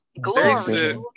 Glory